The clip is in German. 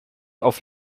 auf